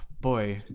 boy